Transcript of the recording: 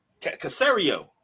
Casario